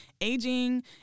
aging